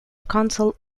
console